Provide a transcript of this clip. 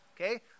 Okay